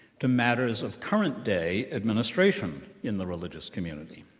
to matters of current day administration in the religious community.